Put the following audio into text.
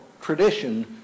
tradition